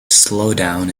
slowdown